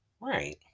Right